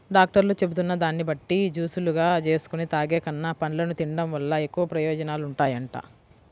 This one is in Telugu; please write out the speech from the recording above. డాక్టర్లు చెబుతున్న దాన్ని బట్టి జూసులుగా జేసుకొని తాగేకన్నా, పండ్లను తిన్డం వల్ల ఎక్కువ ప్రయోజనాలుంటాయంట